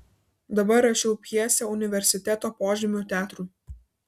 dabar rašiau pjesę universiteto požemių teatrui